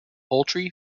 poultry